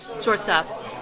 Shortstop